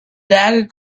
dagger